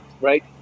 right